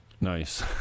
Nice